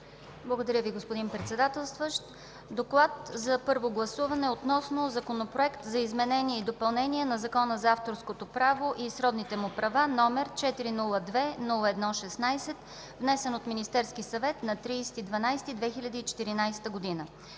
Благодаря Ви, господин Председателстващ. „ДОКЛАД за първо гласуване относно Законопроект за изменение и допълнение на Закона за авторското права и сродните му права, № 402-01-16, внесен от Министерския съвет на 30 декември